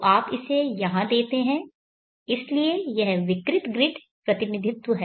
तो आप इसे यहाँ देते हैं इसलिए यह विकृत ग्रिड प्रतिनिधित्व है